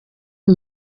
uyu